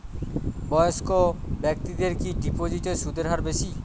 বয়স্ক ব্যেক্তিদের কি ডিপোজিটে সুদের হার বেশি?